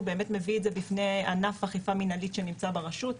הוא באמת מביא את זה בפני ענף אכיפה מנהלית שנמצא ברשות,